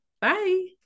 Bye